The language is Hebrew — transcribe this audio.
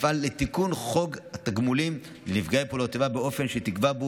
יפעל לתיקון חוק תגמולים לנפגעי פעולות איבה באופן שתיקבע בו